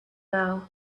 now